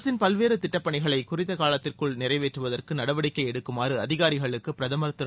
அரசின் பல்வேறு திட்டப் பணிகளை குறித்த காலத்திற்குள் நிறைவேற்றுவதற்கு நடவடிக்கை எடுக்குமாறு அதிகாரிகளுக்கு பிரதமர் திரு